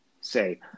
Say